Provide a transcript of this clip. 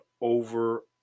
over